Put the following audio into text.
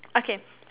okay